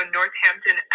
Northampton